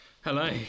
Hello